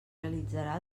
realitzarà